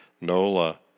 Nola